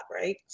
right